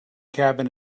cabin